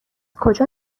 کجا